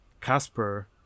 casper